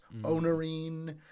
Onarine